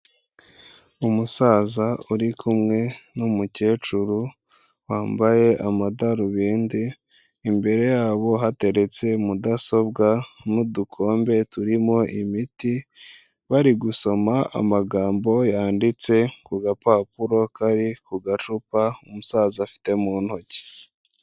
Umusaza uri kumwe n'umukecuru wambaye amadarubindi, imbere yabo hateretse mudasobwa n'dukombe turimo imiti, bari gusoma amagambo yanditse ku gapapuro kari ku gacupa umusaza afite mu ntoki.